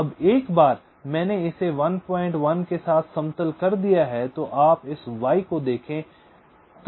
अब एक बार मैंने इसे 11 के साथ समतल कर दिया है तो आप इस y को देखें